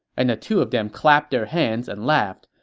and the two of them clapped their hands and laughed.